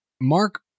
Mark